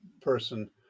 person